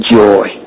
joy